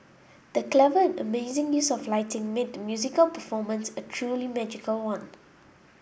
the clever and amazing use of lighting made the musical performance a truly magical one